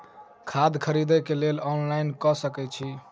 खाद खरीदे केँ लेल ऑनलाइन कऽ सकय छीयै?